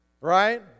Right